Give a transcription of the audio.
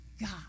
God